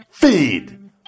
Feed